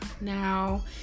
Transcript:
now